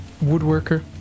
woodworker